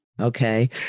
Okay